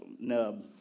Nub